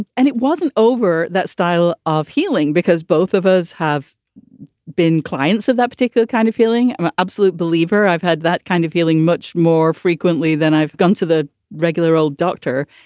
and it wasn't over that style of healing because both of us have been clients of that particular kind of healing, an absolute believer. i've had that kind of feeling much more frequently than i've gone to the regular old doctor.